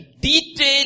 detail